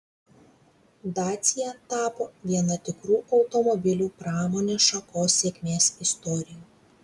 dacia tapo viena tikrų automobilių pramonės šakos sėkmės istorijų